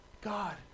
God